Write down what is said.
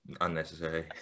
unnecessary